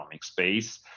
space